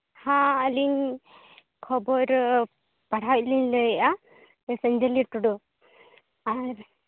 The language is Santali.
ᱦᱮᱸ ᱟᱹᱞᱤᱧ ᱠᱷᱚᱵᱚᱨ ᱯᱟᱲᱦᱟᱣᱤᱡ ᱞᱤᱧ ᱞᱟᱹᱭᱮᱫᱼᱟ ᱢᱤᱥ ᱚᱧᱡᱚᱞᱤ ᱴᱩᱰᱩ ᱟᱨ